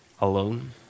alone